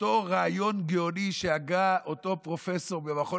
אותו רעיון גאוני שהגה אותו פרופסור במכון